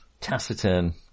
taciturn